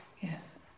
Yes